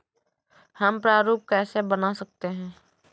हम प्रारूप कैसे बना सकते हैं?